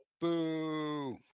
Boo